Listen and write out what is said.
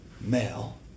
male